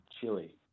chili